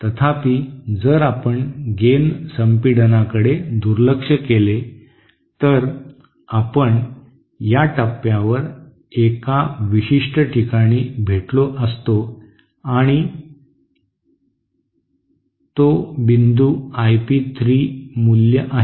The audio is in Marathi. तथापि जर आपण गेन संपीडनाकडे दुर्लक्ष केले तर आपण या टप्प्यावर एका विशिष्ट ठिकाणी भेटलो असतो आणि तो बिंदू आय पी 3 मूल्य आहे